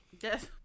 Yes